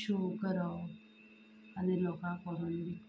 शेव करप आनी लोकाक व्हरून विकप